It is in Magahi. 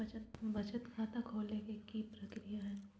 बचत खाता खोले के कि प्रक्रिया है?